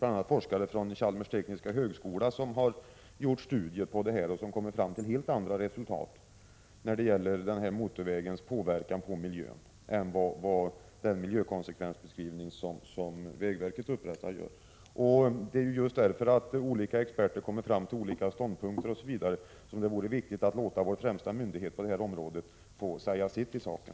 Det finns forskare bl.a. vid Chalmers tekniska högskola som gjort studier på detta område och kommit fram till helt andra resultat när det gäller motorvägens påverkan på miljö än vad man gjort i vägverkets miljökonsekvensbeskrivningar. Det är just därför att olika experter kommit fram till olika ståndpunkter som det vore viktigt att låta vår främsta myndighet på detta område få säga sitt i saken.